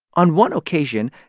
on one occasion,